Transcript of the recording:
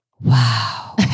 wow